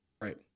Right